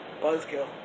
Buzzkill